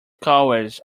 cowards